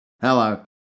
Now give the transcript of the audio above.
hello